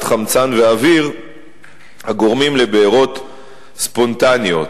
חמצן ואוויר הגורמים לבעירות ספונטניות.